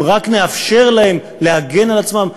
אם רק נאפשר להם להגן על עצמם,